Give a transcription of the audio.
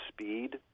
Speed